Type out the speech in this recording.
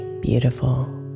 Beautiful